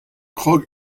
krog